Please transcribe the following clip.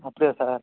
அப்படியா சார்